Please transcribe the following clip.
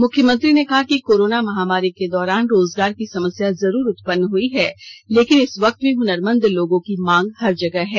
मुख्यमंत्री ने कहा कि कोरोना महामारी के दौरान रोजगार की समस्या जरूर उत्पन्न हुई है लेकिन इस यक्त भी हनरमंद लोगों की मांग हर जगह है